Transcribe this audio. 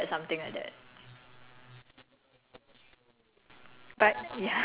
it's okay we can eat it that kind then like how do you manage to widespread something like that